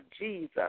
Jesus